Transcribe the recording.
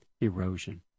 erosion